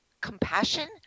compassion